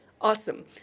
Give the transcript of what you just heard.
Awesome